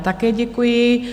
Také děkuji.